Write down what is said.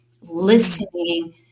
listening